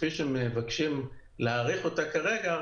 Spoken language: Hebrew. כפי שמבקשים להאריך אותה כרגע,